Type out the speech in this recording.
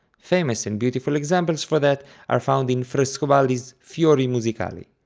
famous and beautiful examples for that are found in frescobaldi's fiori musicali.